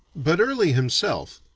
but early himself,